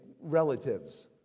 relatives